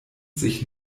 sich